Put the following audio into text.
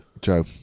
Joe